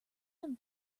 them